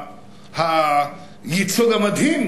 הייצוג המדהים